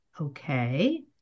okay